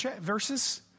verses